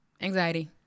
anxiety